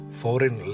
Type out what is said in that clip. foreign